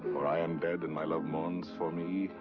for i am dead, and my love mourns for me,